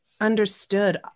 understood